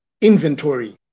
inventory